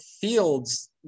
fields